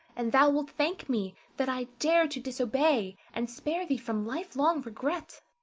and thou wilt thank me that i dared to disobey, and spare thee from life-long regret.